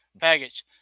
Package